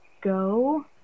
go